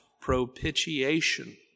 propitiation